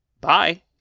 Bye